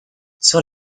sur